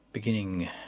Beginning